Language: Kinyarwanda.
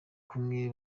kumwe